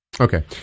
Okay